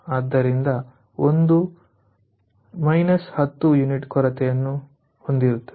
ಆದ್ದರಿಂದ 1 10 ಯುನಿಟ್ ಕೊರತೆಯನ್ನು ಹೊಂದಿರುತ್ತದೆ